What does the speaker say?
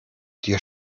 dir